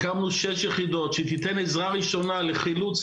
הקמנו שש יחידות שיתנו עזרה ראשונה לחילוץ,